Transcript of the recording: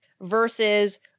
versus